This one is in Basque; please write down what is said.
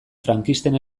frankisten